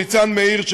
ניצן מאיר,